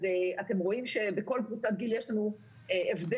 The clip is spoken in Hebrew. אתם רואים שבכל קבוצת גיל יש לנו הבדל